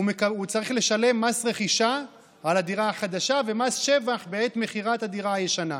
הוא צריך לשלם מס רכישה על הדירה החדשה ומס שבח בעת מכירת הדירה הישנה.